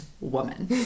woman